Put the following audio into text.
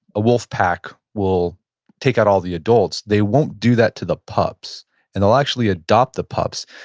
a wolf pack will take out all the adults, they won't do that to the pups and they'll actually adopt the pups.